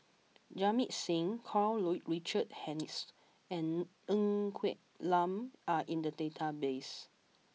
Jamit Singh Karl Richard Hanitsch and Ng Quee Lam are in the database